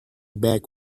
back